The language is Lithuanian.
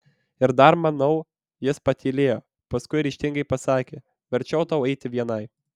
ir dar manau jis patylėjo paskui ryžtingai pasakė verčiau tau eiti vienai